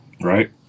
right